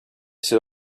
set